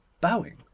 bowing